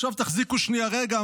עכשיו תחזיק שנייה, רגע.